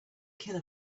kill